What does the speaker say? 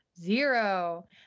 zero